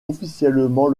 officiellement